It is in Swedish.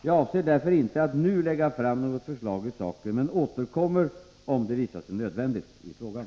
Jag avser därför inte att nu lägga fram något förslag i saken men återkommer — om det visar sig nödvändigt — i frågan.